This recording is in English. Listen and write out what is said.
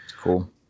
Cool